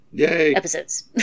episodes